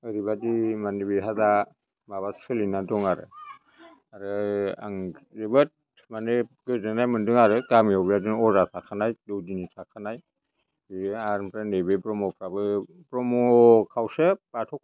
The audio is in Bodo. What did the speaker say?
ओरैबादि मानि बिहा दा माबा सोलिनानै दं आरो आरो आं जोबोद माने गोजोन्नाय मोनदों आरो गामिआव बेबादिनो अजा थाखानाय दौदिनि थाखानाय बियो आमफ्राय नैबे ब्रह्मफ्राबो ब्रह्म खावसे बाथौ